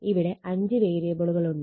ഇവിടെ 5 വേരിയബിളുകളുണ്ട്